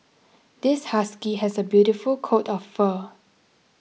this husky has a beautiful coat of fur